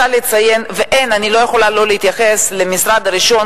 ואני לא יכולה לא להתייחס למשרד הראשון,